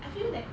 I feel that